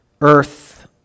earth